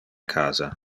casa